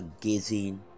gazing